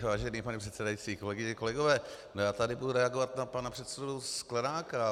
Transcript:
Vážený pane předsedající, kolegyně, kolegové, já tady budu reagovat na pana předsedu Sklenáka.